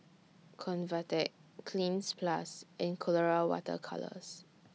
Convatec Cleanz Plus and Colora Water Colours